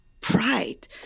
pride